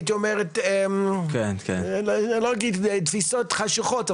לא אגיד תפיסות חשוכות,